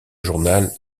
journal